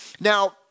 Now